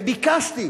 וביקשתי